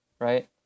right